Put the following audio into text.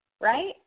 right